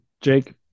Jake